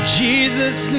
jesus